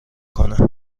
کنه